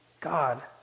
God